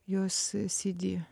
jos cd